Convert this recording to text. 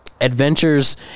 Adventures